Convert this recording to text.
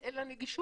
אין לה נגישות,